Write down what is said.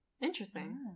Interesting